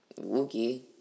Wookie